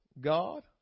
God